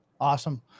Awesome